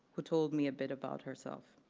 who told me a bit about herself.